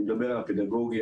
אני מדבר על הפדגוגיה,